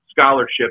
scholarships